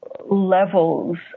levels